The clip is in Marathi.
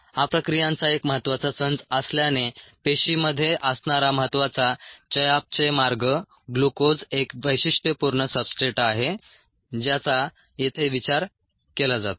हा प्रक्रियांचा एक महत्त्वाचा संच असल्याने पेशीमध्ये असणारा महत्त्वाचा चयापचय मार्ग ग्लुकोज एक वैशिष्ट्यपूर्ण सबस्ट्रेट आहे ज्याचा येथे विचार केला जातो